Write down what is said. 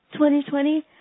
2020